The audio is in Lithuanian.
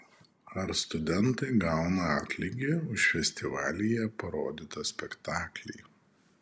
ar studentai gauna atlygį už festivalyje parodytą spektaklį